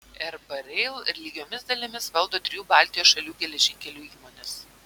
rb rail lygiomis dalimis valdo trijų baltijos šalių geležinkelių įmonės